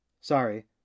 Sorry